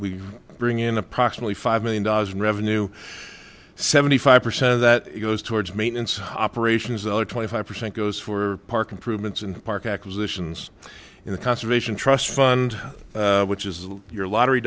we bring in approximately five million dollars in revenue seventy five percent of that goes towards maintenance operations other twenty five percent goes for park improvements and park acquisitions in the conservation trust fund which is your lottery